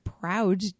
proud